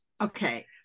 okay